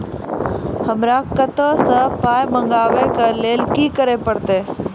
हमरा कतौ सअ पाय मंगावै कऽ लेल की करे पड़त?